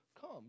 come